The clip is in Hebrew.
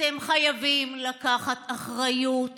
אתם חייבים לקחת אחריות